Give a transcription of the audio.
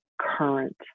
current